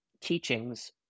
teachings